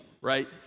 right